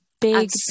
big